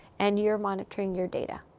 and you're monitoring your data